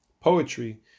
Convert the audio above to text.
poetry